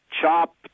chop